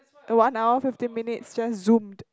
one hour fifteen minutes just zoomed